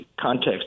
context